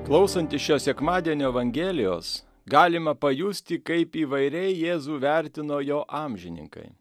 klausantis šio sekmadienio evangelijos galima pajusti kaip įvairiai jėzų vertino jo amžininkai